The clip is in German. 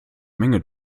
menge